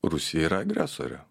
rusija yra agresorė